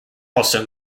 also